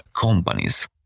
companies